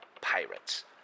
pirates